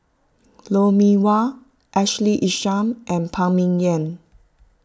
Lou Mee Wah Ashley Isham and Phan Ming Yen